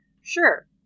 sure